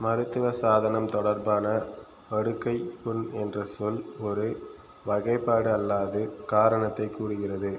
மருத்துவ சாதனம் தொடர்பான படுக்கைப் புண் என்ற சொல் ஒரு வகைப்பாடு அல்லாது காரணத்தைக் கூறுகிறது